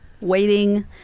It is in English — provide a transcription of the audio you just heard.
waiting